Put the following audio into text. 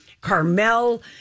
Carmel